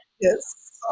Yes